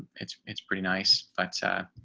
it's, it's pretty nice, but